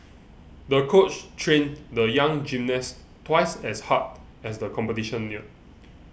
the coach trained the young gymnast twice as hard as the competition neared